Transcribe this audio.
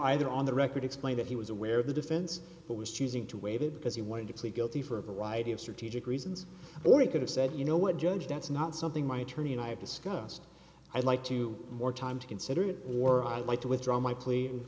either on the record explain that he was aware of the defense but was choosing to waive it because he wanted to plead guilty for a variety of strategic reasons or he could have said you know what judge that's not something my attorney and i have discussed i'd like to more time to consider it or i'd like to withdra